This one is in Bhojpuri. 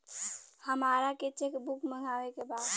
हमारा के चेक बुक मगावे के बा?